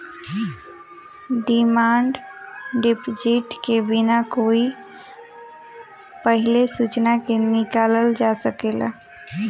demand deposit के बिना कोई पहिले सूचना के निकालल जा सकेला